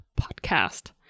podcast